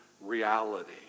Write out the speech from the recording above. reality